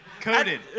Coded